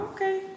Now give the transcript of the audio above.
Okay